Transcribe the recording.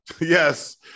Yes